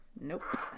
nope